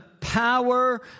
power